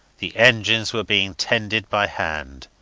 the engines were being tended by hand.